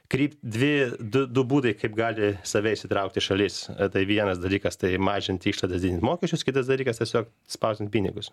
krypt dvi du du būdai kaip gali save įsitraukti šalis tai vienas dalykas tai mažinti išlaidas didinti mokesčius kitas dalykas tiesiog spausdinti pinigus